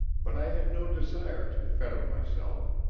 but i had no desire to fetter myself.